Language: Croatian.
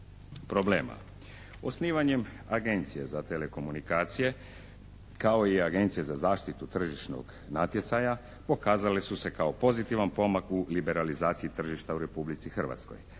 problema. Osnivanjem Agencije za telekomunikacije kao i Agencije za zaštitu tržišnog natjecanja pokazale su se kao pozitivan pomak u liberalizaciji tržišta u Republici Hrvatskoj